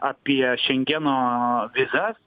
apie šengeno vizas